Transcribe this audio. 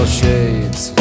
shades